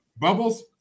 Bubbles